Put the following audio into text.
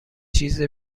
چیز